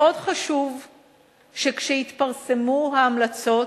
מאוד חשוב שכשיתפרסמו ההמלצות